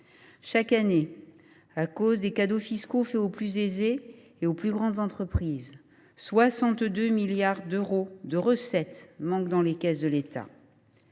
Chaque année, à cause des cadeaux fiscaux faits aux plus aisés et aux plus grandes entreprises, 62 milliards d’euros de recettes manquent dans les caisses de l’État.